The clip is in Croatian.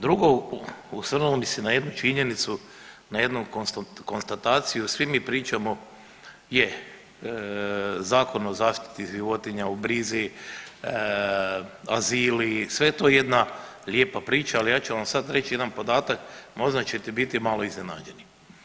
Drugo, osvrnuo bi se na jednu činjenicu, na jednu konstataciju, svi mi pričamo je Zakon o zaštiti životinja u brizi, azili, sve je to jedna lijepa priča, al ja ću vam sad reć jedan podatak, možda ćete biti malo iznenađeni.